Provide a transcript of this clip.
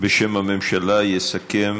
בשם הממשלה יסכם